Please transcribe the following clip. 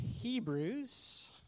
Hebrews